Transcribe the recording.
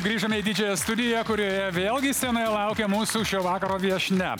grįžome į didžiąją studiją kurioje vėl gi scenoje laukia mūsų šio vakaro viešnia